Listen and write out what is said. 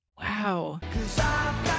Wow